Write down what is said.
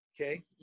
Okay